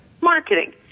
marketing